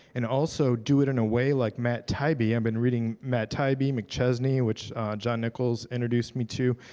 and also do it in a way like matt taibbi, i've been reading matt taibbi, mcchesney, which john nichols introduced me to.